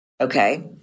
Okay